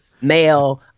male